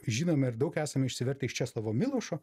žinome ir daug esame išsivertę iš česlovo milošo